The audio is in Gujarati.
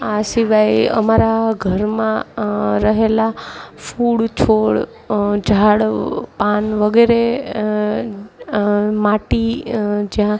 આ સિવાય અમારા ઘરમાં રહેલા ફૂલ છોડ ઝાડ પાન વગેરે માટી જ્યાં